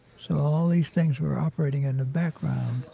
so all these things were operating in the background,